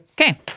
Okay